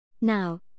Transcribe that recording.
Now